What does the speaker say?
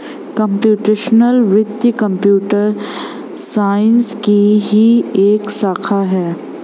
computational वित्त computer science की ही एक शाखा है